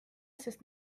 sest